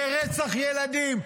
לרצח ילדים,